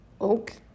okay